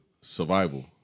survival